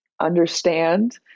understand